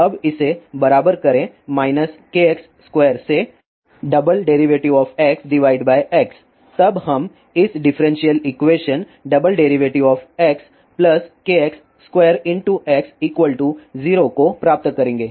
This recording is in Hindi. अब इसे बराबर करें kx2 से XX तब हम इस डिफरेंशियल इक्वेशन Xkx2X 0 को प्राप्त करेंगे